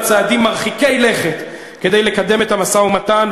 צעדים מרחיקי לכת כדי לקדם את המשא-ומתן,